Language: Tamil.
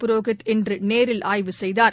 புரோஹித் இன்று நேரில் ஆய்வு செய்தார்